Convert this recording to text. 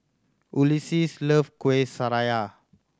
Ulises love Kuih Syara